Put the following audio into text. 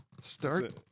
Start